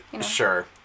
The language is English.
Sure